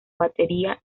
batería